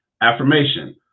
affirmation